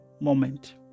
moment